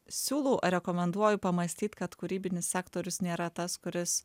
siūlau rekomenduoju pamąstyt kad kūrybinis sektorius nėra tas kuris